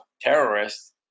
terrorists